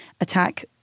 attack